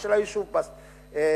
ושל היישוב ברטעה,